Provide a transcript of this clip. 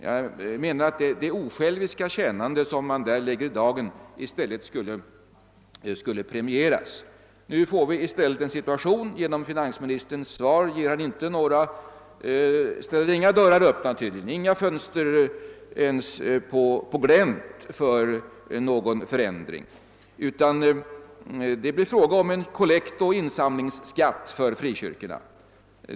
Jag anser att det osjälviska tjänande som man där lägger i dagen i stället skulle premieras. Finansministern ställer i sitt svar inte några dörrar öppna eller ens några fönster på glänt mot en förändring, utan det blir fråga om en kollektoch insamlingsskatt för frikyrkorna.